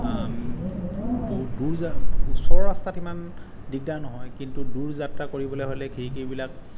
দূৰ যা ওচৰৰ ৰাস্তাত সিমান দিগদাৰ নহয় কিন্তু দূৰ যাত্ৰা কৰিবলৈ হ'লে খিৰিকিবিলাক